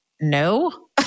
No